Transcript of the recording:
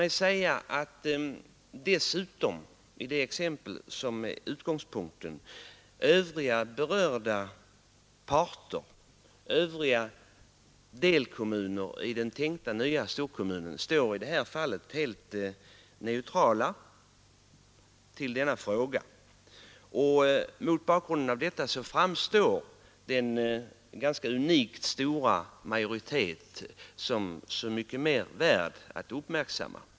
I det aktuella fall som varit utgångspunkten för min fråga står dessutom övriga berörda parter och delkommunerna i den tänkta storkommunen helt neutrala, och mot den bakgrunden framstår den unikt stora majoriteten som så mycket mer värd att uppmärksamma.